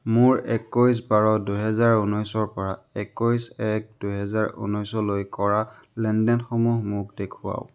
মোৰ একৈছ বাৰ দুহেজাৰ ঊনৈছৰ পৰা একৈছ এক দুহেজাৰ ঊনৈছলৈ কৰা লেনদেনসমূহ মোক দেখুৱাওক